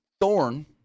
thorn